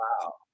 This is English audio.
Wow